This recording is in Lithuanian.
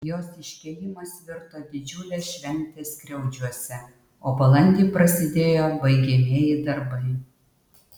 jos iškėlimas virto didžiule švente skriaudžiuose o balandį prasidėjo baigiamieji darbai